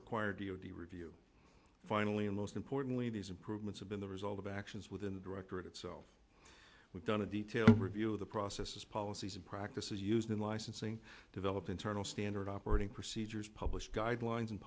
require d o t review finally and most importantly these improvements have been the result of actions within the directorate itself we've done a detailed review of the process policies and practices used in licensing develop internal standard operating procedures publish guidelines and